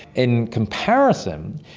in comparison,